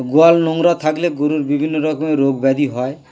গোয়াল নোংরা থাকলে গরুর বিভিন্ন রকমের রোগ ব্যাধি হয়